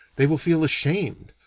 they will feel ashamed,